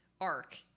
arc